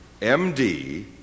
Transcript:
MD